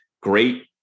great